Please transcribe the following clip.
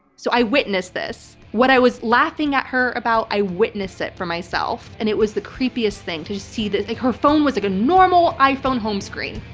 so i witness this. what i was laughing at her about, i witness it for myself, and it was the creepiest thing to see like her phone was like a normal iphone home screen.